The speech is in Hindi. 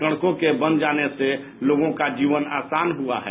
सड़कों के बन जाने से लोगों का जीवन आसान हुआ है